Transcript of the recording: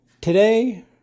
Today